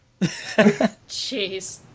jeez